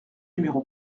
numéro